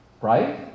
Right